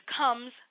comes